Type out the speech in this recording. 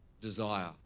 desire